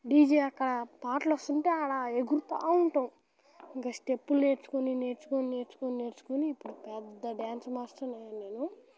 DJ అక్కడ పాటలు వస్తు ఉంటే ఆడ ఎగురుతు ఉంటాం ఇంకా స్టెప్పులు నేర్చుకొని నేర్చుకొని నేర్చుకొని నేర్చుకొని ఇప్పుడు పెద్ద డ్యాన్స్ మాస్టర్ని అయ్యాను